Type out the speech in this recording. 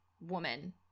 woman